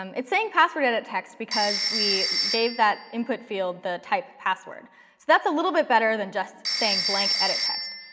um it's saying password edit text because we gave that input field the type password. so that's a little bit better than just saying blank edit text.